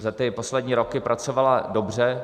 Za ty poslední roky pracovala dobře.